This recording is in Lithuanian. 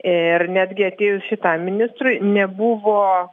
ir netgi atėjus šitam ministrui nebuvo